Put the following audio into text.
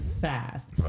fast